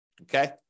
okay